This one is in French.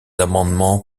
amendements